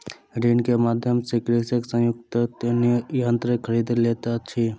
ऋण के माध्यम सॅ कृषक संयुक्तक यन्त्र खरीद लैत अछि